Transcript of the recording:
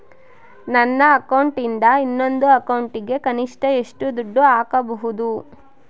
ನನ್ನ ಅಕೌಂಟಿಂದ ಇನ್ನೊಂದು ಅಕೌಂಟಿಗೆ ಕನಿಷ್ಟ ಎಷ್ಟು ದುಡ್ಡು ಹಾಕಬಹುದು?